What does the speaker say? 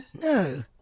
No